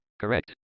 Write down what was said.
correct